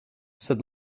said